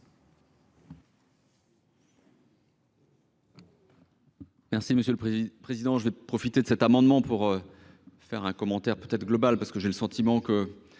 Merci,